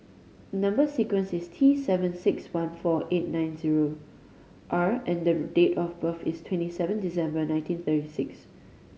number sequence is T seven six one four eight nine zero R and date of birth is twenty seven December nineteen thirty six